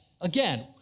Again